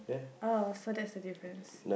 oh so that's a difference